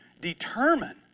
determine